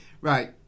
Right